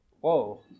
Whoa